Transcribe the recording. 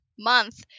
month